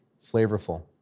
flavorful